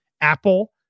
Apple